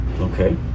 Okay